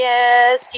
Yes